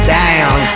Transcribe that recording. down